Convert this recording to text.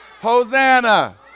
Hosanna